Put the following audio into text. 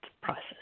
process